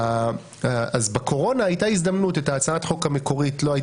את הצעת החוק המקורית לא היה